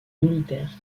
militaire